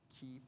keep